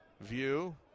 view